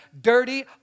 dirty